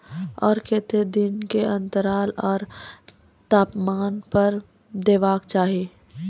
आर केते दिन के अन्तराल आर तापमान पर देबाक चाही?